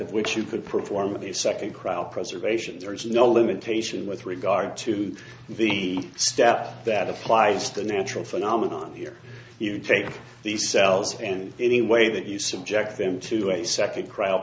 of which you could perform of the second crowd preservation there is no limitation with regard to the step that applies the natural phenomenon here you take these cells and in a way that you subject them to a second cr